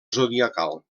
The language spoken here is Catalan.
zodiacal